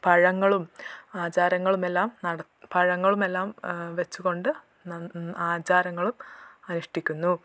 പഴങ്ങളും ആചാരങ്ങളും എല്ലാം നടത്ത് പഴങ്ങളും എല്ലാം വെച്ച് കൊണ്ട് ന ആചാരങ്ങളും അനുഷ്ഠിക്കുന്നു